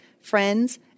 friends